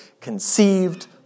conceived